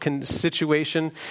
situation